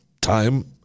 Time